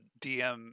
dm